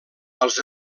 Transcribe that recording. als